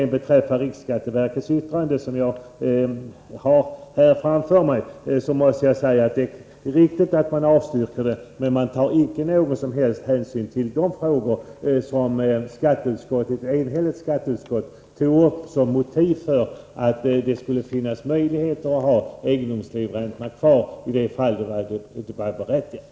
Vad beträffar riksskatteverkets yttrande, som jag har framför mig här, måste jag säga att det är riktigt att riksskatteverket tillstyrker förslaget, men man tar ingen som helst hänsyn till de frågor som ett enigt skatteutskott tog upp som motiv för att egendomslivsräntor skulle finnas kvar i de fall där det var berättigat.